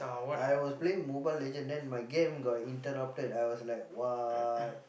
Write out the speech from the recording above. I was playing Mobile-Legend then my game was interrupted then I was like what